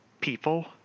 people